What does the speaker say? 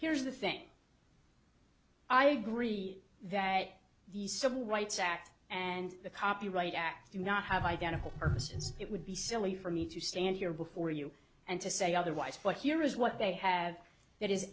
here's the thing i agree that the civil rights act and the copyright act do not have identical persons it would be silly for me to stand here before you and to say otherwise but here is what they have that is